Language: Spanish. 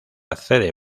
accede